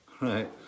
right